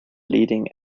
leading